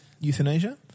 euthanasia